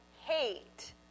hate